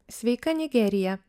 sveika nigerija